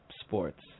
sports